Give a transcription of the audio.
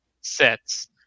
sets